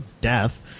death